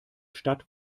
stadt